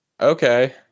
okay